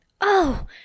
Oh